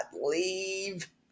leave